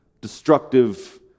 destructive